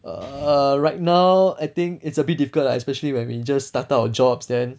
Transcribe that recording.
err right now I think it's a bit difficult lah especially when we just started our jobs then